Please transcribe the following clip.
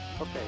Okay